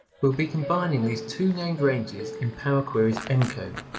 we'll be combining these two named ranges in power query's m code,